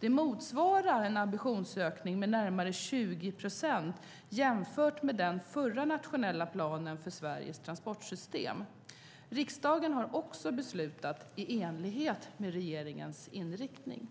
Det motsvarar en ambitionsökning med närmare 20 procent jämfört med den förra nationella planen för Sveriges transportsystem. Riksdagen har också beslutat i enlighet med regeringens inriktning.